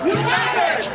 united